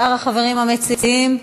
שאר החברים המציעים?